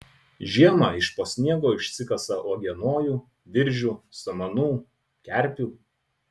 žiemą iš po sniego išsikasa uogienojų viržių samanų kerpių